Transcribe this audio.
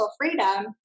freedom